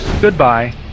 goodbye